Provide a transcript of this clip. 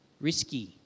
risky